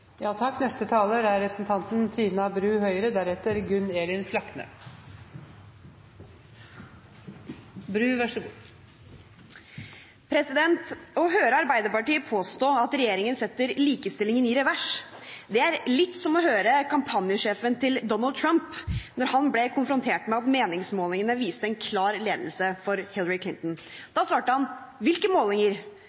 Å høre Arbeiderpartiet påstå at regjeringen setter likestillingen i revers, er litt som å høre kampanjesjefen til Donald Trump da han ble konfrontert med at meningsmålingene viste en klar ledelse for